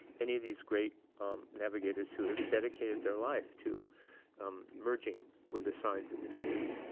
any of these great navigators who have dedicated their life to um merging with the signs of the sea,